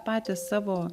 patys savo